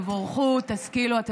תבורכו, תשכילו.